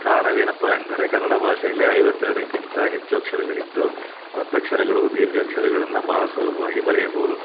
ಕಾರಣವೇನಪ್ಪ ಎಂದರೆ ಕನ್ನಡ ಭಾಷೆಯಲ್ಲಿ ಐವತ್ತೆರಡಕ್ಕಿಂತ ಹೆಚ್ಚು ಅಕ್ಷರಗಳಿದ್ದು ಒತ್ತಕ್ಷರಗಳು ದೀರ್ಘಾಕ್ಷರಗಳನ್ನ ಭಾಳ ಸುಲಭವಾಗಿ ಬರೆಯಬೌದು